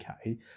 okay